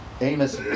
Amos